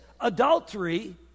adultery